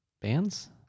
Bands